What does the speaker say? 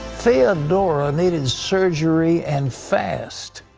theodora needed surgery, and fast.